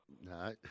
No